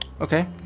Okay